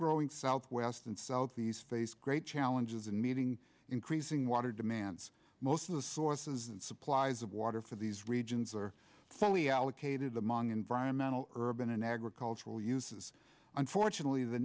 growing south west and southeast faced great challenges in meeting increasing water demands most of the sources and supplies of water for these regions are fully allocated among environmental urban and agricultural uses unfortunately the